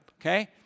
okay